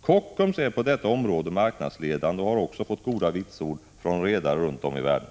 Kockums är på detta område marknadsledande och har också fått goda vitsord från redare runt om i världen.